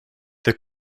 der